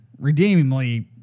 redeemingly